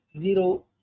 zero